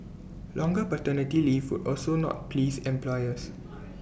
longer paternity leave would also not please employers